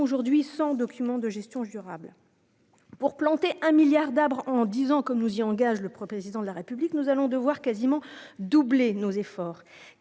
aujourd'hui sans documents de gestion j'durable pour planter un milliard d'arbres en 10 ans, comme nous y engage le président de la République, nous allons devoir quasiment doubler nos efforts,